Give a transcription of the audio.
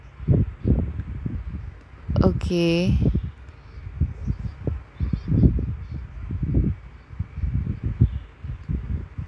okay